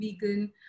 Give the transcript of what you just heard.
vegan